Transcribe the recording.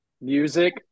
Music